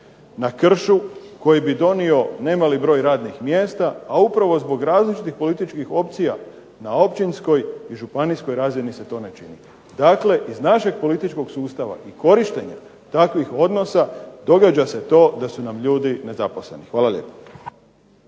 na kršu koji bi donio ne mali broj radnih mjesta, a upravo zbog različitih političkih opcija na općinskoj i županijskoj razini se to ne vidi. Dakle, zbog našeg političkog sustava i korištenja takvih odnosa događa se to da su nam ljudi nezaposleni. Hvala lijepo.